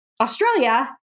Australia